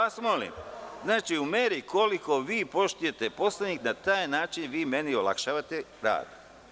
Molim vas, u meri koliko vi poštujete Poslovnik, da na taj način vi meni olakšate rad.